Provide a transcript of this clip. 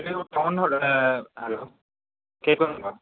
hello കേൾക്കുന്നുണ്ടൊ